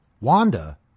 Wanda